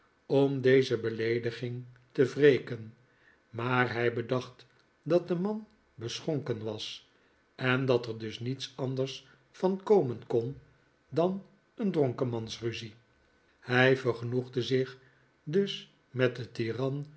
om deze beleediging te wreken maar hij bedacht dat de man beschonken was en dat er dus niets anders van komen kon dan een dronkemansruzie hij vergenoegde zich dus met den